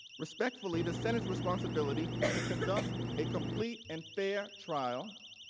respectfully the senate's responsibility to conduct a complete and fair trial,